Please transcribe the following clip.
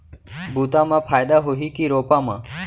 बुता म फायदा होही की रोपा म?